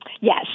Yes